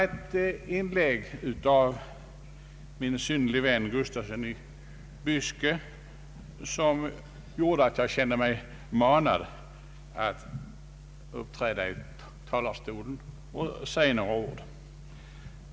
Ett inlägg av min synnerligen gode vän Nils-Eric Gustafsson gjorde emellertid att jag kände mig manad att uppträda i talarstolen och säga några ord.